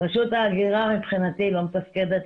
רשות ההגירה מבחינתי לא מתפקדת,